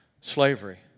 slavery